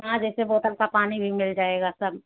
हाँ जैसे बोतल का पानी भी मिल जाएगा सब